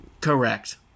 correct